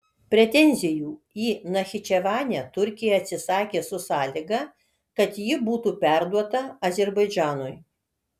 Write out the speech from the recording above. pretenzijų į nachičevanę turkija atsisakė su sąlyga kad ji būtų perduota azerbaidžanui